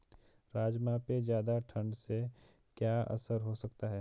राजमा पे ज़्यादा ठण्ड से क्या असर हो सकता है?